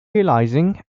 realizing